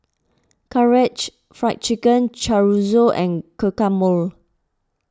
Karaage Fried Chicken Chorizo and Guacamole